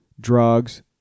drugs